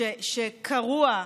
שקרוע,